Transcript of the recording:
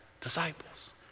disciples